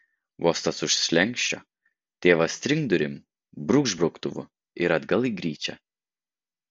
vos tas už slenksčio tėvas trinkt durim brūkšt brauktuvu ir atgal į gryčią